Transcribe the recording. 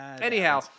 Anyhow